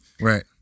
Right